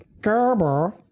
Gerber